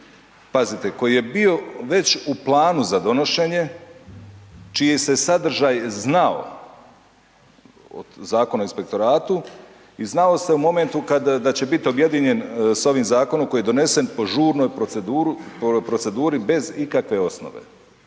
pazite koji je bio već u planu za donošenje čiji se sadržaj znao od zakona o inspektoratu i znalo se o momentu kada da će biti objedinjen s ovim zakonom koji je donešen po žurnoj proceduri bez ikakve osnove.